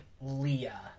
Leah